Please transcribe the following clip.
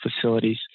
facilities